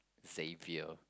Xavier